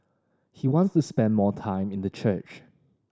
he wants to spend more time in the church